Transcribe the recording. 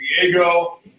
Diego